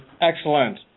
Excellent